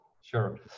sure